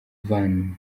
van